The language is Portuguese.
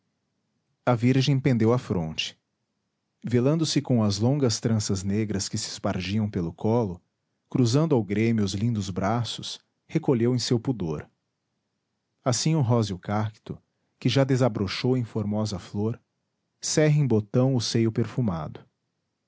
a virgem pendeu a fronte velando se com as longas tranças negras que se espargiam pelo colo cruzando ao grêmio os lindos braços recolheu em seu pudor assim o róseo cacto que já desabrochou em formosa flor cerra em botão o seio perfumado